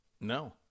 No